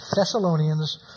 Thessalonians